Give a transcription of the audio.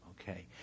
Okay